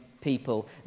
people